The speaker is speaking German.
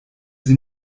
sie